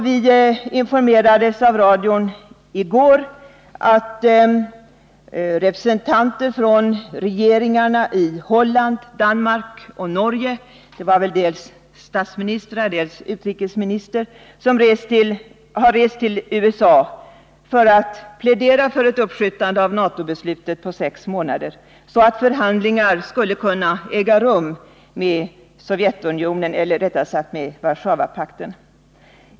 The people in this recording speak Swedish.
Vi informerades av radion det var väl dels statsministrar, dels en utrikesminister — har rest till USA för Fredagen den att plädera för ett uppskjutande av NATO-beslutet på sex månader, så att 7 december 1979 förhandlingar skulle kunna äga rum med Sovjetunionen, eller rättare sagt med Warszawapakten.